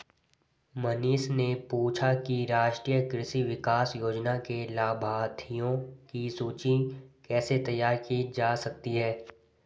मनीष ने पूछा कि राष्ट्रीय कृषि विकास योजना के लाभाथियों की सूची कैसे तैयार की जा सकती है